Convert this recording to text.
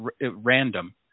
random